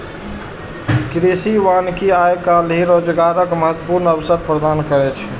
कृषि वानिकी आइ काल्हि रोजगारक महत्वपूर्ण अवसर प्रदान करै छै